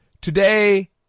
today